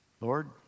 Lord